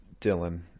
Dylan